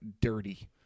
dirty